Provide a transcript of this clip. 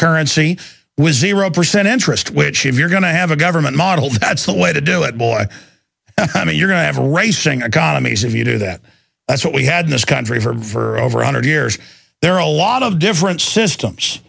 currency was the road percent interest which if you're going to have a government model that's the way to do it boy i mean you're going to have a racing a con a maze if you do that that's what we had in this country for over a hundred years there are a lot of different systems